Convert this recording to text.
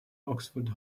oxford